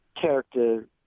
character